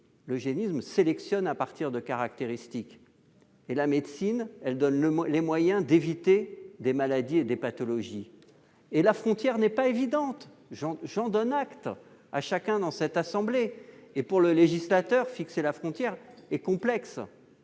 l'eugénisme sélectionne à partir de caractéristiques ; la médecine, elle, donne les moyens d'éviter des maladies et des pathologies. Certes, la frontière n'est pas évidente, j'en donne acte à chacun dans cette assemblée. Et il est complexe pour le législateur de fixer la frontière. Cela